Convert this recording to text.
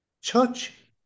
Church